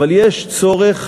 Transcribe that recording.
אבל יש צורך